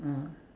ah